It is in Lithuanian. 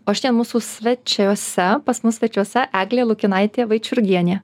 o šiandien mūsų svečiuose pas mus svečiuose eglė lukinaitė vaičiurgienė